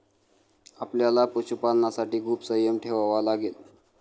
आपल्याला पशुपालनासाठी खूप संयम ठेवावा लागेल